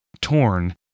Torn